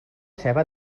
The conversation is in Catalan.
ceba